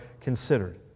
considered